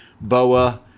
Boa